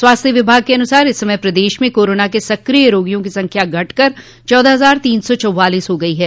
स्वास्थ्य विभाग के अनुसार इस समय प्रदेश में कोरोना के सक्रिय रोगियों की संख्या घट कर चौदह हजार तीन सौ चौवालीस हो गई है